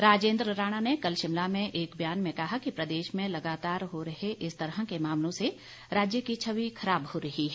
राजेन्द्र राणा ने कल शिमला में एक बयान में कहा कि प्रदेश में लगातार हो रहे इस तरह के मामलों से राज्य की छवि खराब हो रही है